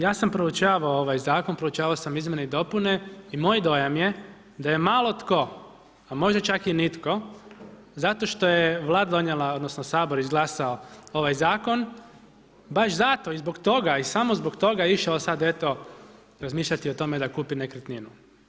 Ja sam proučavao ovaj zakon, proučavao sam izmjene i dopune i moj dojam je da je malo tko, a možda čak i nitko zato što je Vlada donijela odnosno Sabor izglasao ovaj zakon, baš zato i zbog toga i samo zbog toga išao sada eto razmišljati o tome da kupi nekretninu.